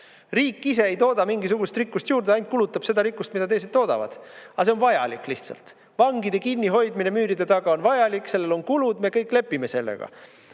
Riik ise ei tooda mingisugust rikkust juurde, ainult kulutab seda rikkust, mida teised toodavad. Aga see on vajalik lihtsalt. Vangide kinnihoidmine müüride taga on vajalik, sellel on kulud, me kõik lepime sellega.